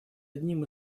одним